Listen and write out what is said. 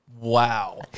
Wow